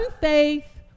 faith